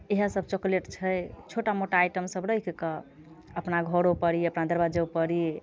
इएह सभ चॉकलेट छै छोटा मोटा आइटम सभ राइख कऽ अपना घरो पर ही अपना दरबजो पर ही